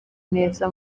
neza